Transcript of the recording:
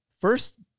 First